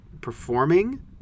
Performing